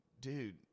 dude